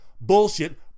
Bullshit